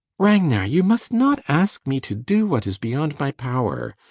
ragnar you must not ask me to do what is beyond my power!